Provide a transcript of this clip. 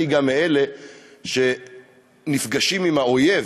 אני גם מאלה שנפגשים עם האויב,